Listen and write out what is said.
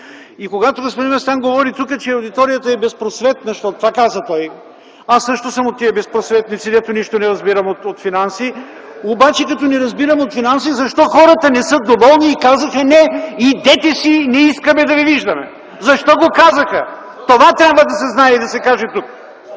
И когато господин Местан говори тук, че аудиторията е безпросветна, защото това каза той, аз също съм от тези безпросветници, дето нищо не разбирам от финанси, обаче, като не разбирам от финанси, защо хората не са доволни и казаха: „Не, идете си, не искаме да ви виждаме!” Защо го казаха? Това трябва да се знае и да се каже тук.